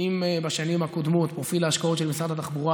אם בשנים הקודמות פרופיל ההשקעות של משרד התחבורה